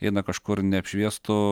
eina kažkur neapšviestu